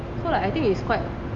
so like I think it's quite